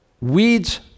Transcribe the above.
weeds